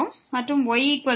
மற்றும் yrsin